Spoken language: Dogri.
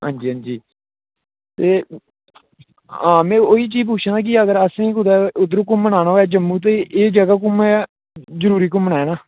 हंजी हंजी ते हां में उ'ऐ चीज़ पुछनी ही कि अगर असें गी कुतै उद्धर घूमन आना होऐ जम्मू ते एह जगह ते में जरुरी घूमना है ना